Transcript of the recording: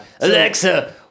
Alexa